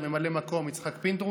ממלא מקום: יצחק פינדרוס,